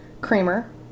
creamer